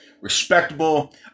respectable